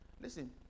Listen